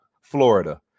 Florida